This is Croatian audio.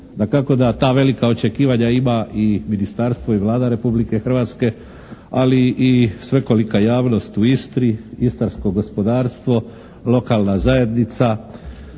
Dakako da ta velika očekivanja ima i ministarstvo i Vlada Republike Hrvatske ali i svekolika javnost u Istri, istarsko gospodarstvo, lokalna zajednica